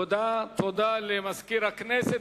תודה למזכיר הכנסת.